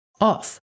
off